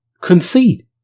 concede